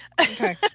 Okay